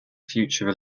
future